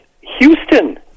Houston